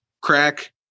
crack